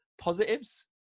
positives